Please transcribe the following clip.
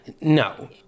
no